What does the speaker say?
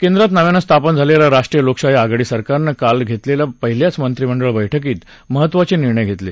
केंद्रात नव्यानं स्थापन झालेल्या राष्ट्रीय लोकशाही आघाडी सरकारनं काल घेतलेल्या पहिल्याच मंत्रिमंडळ बैठकीत महत्वाचे निर्णय घेतले